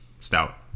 stout